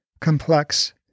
complex